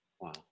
Wow